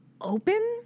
open